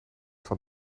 van